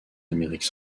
amérique